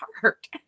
heart